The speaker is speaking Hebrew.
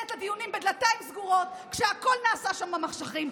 את הדיונים בדלתיים סגורות כשהכול נעשה במחשכים.